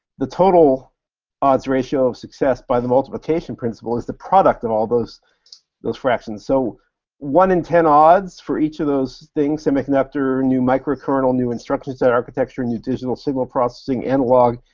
the total odds ratio of success by the multiplication principle is the product of all those those fractions, so one in ten odds for each of those things, semiconductor, new microkernel, new instruction set, architecture, new digital signal processing, analog,